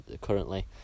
currently